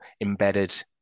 embedded